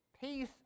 Peace